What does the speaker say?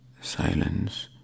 silence